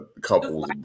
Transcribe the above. couples